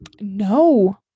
no